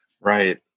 Right